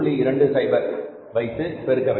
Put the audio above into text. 20 வைத்து பெருக்க வேண்டும்